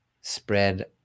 spread